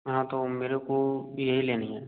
हाँ तो मेरे को यही लेनी है